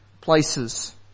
places